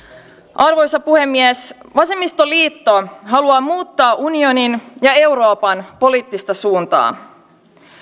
arvoisa puhemies vasemmistoliitto haluaa muuttaa unionin ja euroopan poliittista suuntaa